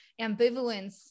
Ambivalence